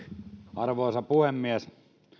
arvoisa puhemies